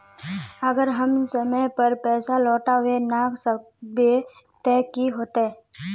अगर हम समय पर पैसा लौटावे ना सकबे ते की होते?